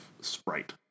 Sprite